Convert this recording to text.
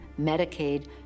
Medicaid